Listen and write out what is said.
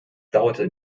dauerte